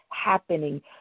happening